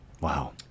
wow